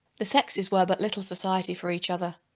the sexes were but little society for each other.